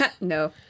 No